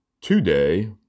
Today